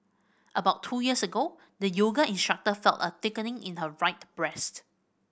about two years ago the yoga instructor felt a thickening in her right breast